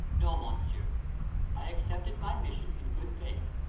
no, monsieur i accepted my mission in good faith.